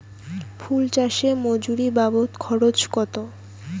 ফুল চাষে মজুরি বাবদ খরচ কত?